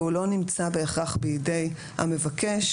והוא לא נמצא בהכרח בידי המבקש,